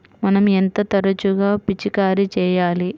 మనం ఎంత తరచుగా పిచికారీ చేయాలి?